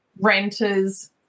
renters